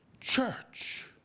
church